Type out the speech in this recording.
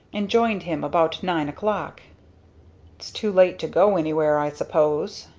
and joined him about nine o'clock. it's too late to go anywhere, i suppose?